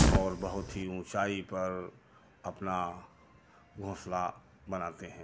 और बहुत ही ऊँचाई पर अपना घोंसला बनाते हैं